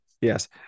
Yes